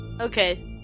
okay